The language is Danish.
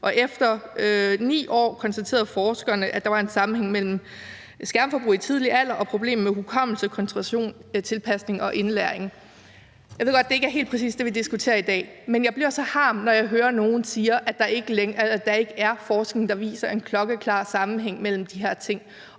og efter 9 år konstaterede forskerne, at der var en sammenhæng mellem skærmforbruget i en tidlig alder og problemer med hukommelse, koncentration, tilpasning og indlæring. Jeg ved godt, at det ikke helt præcis er det, vi diskuterer i dag. Men jeg bliver så harm, når jeg hører, at nogle siger, at der ikke er forskning, der viser, at der er en klokkeklar sammenhæng mellem de her ting,